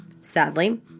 Sadly